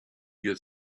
get